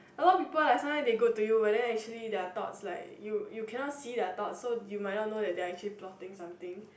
a lot of people like sometimes they go to you but then actually their thought like you you cannot see their thought so you might not know they are actually plotting something